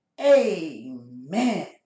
Amen